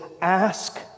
ask